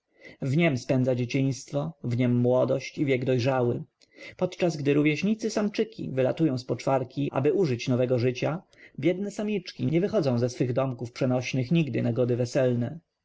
niem spędza dzieciństwo w niem młodość i wiek dojrzały podczas gdy rówieśnicysamczyki wylatują z poczwarki aby użyć nowego życia biedne samiczki nie wychodzą ze swych domków przenośnych nawet na gody weselne